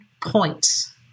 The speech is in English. points